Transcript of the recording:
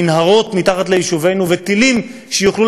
מנהרות מתחת ליישובינו וטילים שיוכלו